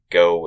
go